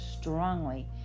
strongly